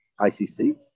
ICC